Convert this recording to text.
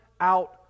out